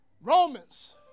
Romans